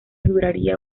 duraría